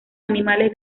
animales